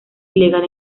ilegal